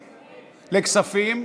לכספים.